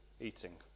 eating